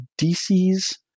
DC's